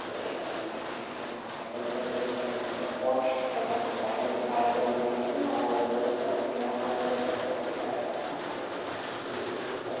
ꯊꯣꯛꯑꯦ ꯑꯗꯨꯅ ꯍꯥꯏꯗꯤ ꯍꯛꯁꯦꯜ ꯀꯥꯠ ꯄꯥꯏꯕꯁꯤꯅꯗꯤ ꯍꯦꯟꯅꯗꯤ ꯃꯔꯨ ꯑꯣꯏ ꯍꯛꯁꯦꯜ ꯀꯥꯠ ꯄꯥꯏꯔꯗꯤ ꯄꯥꯏꯔꯕꯅꯤꯅ ꯑꯦꯅꯤ ꯃꯄꯥꯟ ꯂꯣꯝꯗ ꯆꯠꯄ ꯑꯣꯏꯒꯦꯔ ꯑꯃꯔꯣꯝꯗ ꯆꯠꯄ ꯑꯣꯏꯒꯦꯔ ꯂꯩꯇꯦ ꯑꯩꯈꯣꯏꯅ ꯍꯥꯏꯗꯤ ꯑꯦꯅꯤ ꯑꯩꯈꯣꯏ